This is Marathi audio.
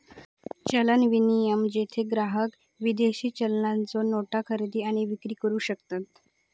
चलन विनिमय, जेथे ग्राहक विदेशी चलनाच्यो नोटा खरेदी आणि विक्री करू शकतत